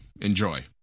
Enjoy